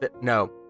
no